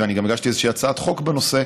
ואני גם הגשתי איזושהי הצעת חוק בנושא,